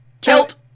Kilt